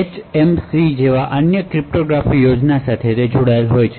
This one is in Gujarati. એચએમએસી જેવી અન્ય ક્રિપ્ટોગ્રાફિક યોજનાઓ સાથે જોડાયેલા હોય છે